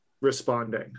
responding